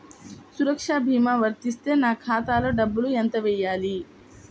సురక్ష భీమా వర్తిస్తే నా ఖాతాలో డబ్బులు ఎంత వేయాలి?